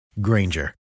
Granger